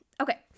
Okay